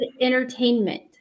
entertainment